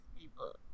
people